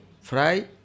fry